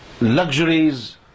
luxuries